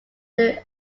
their